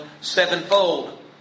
sevenfold